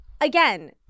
Again